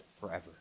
forever